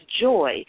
joy